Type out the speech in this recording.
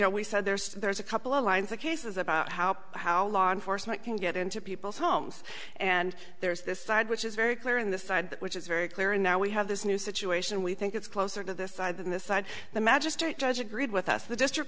know we said there's there's a couple of lines of cases about how how law enforcement can get into people's homes and there's this side which is very clear in this side which is very clear and now we have this new situation we think it's closer to this side than this side the magistrate judge agreed with us the district